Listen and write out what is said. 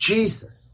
Jesus